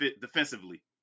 defensively